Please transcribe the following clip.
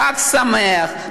חג שמח,